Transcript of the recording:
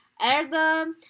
Erdem